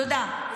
תודה.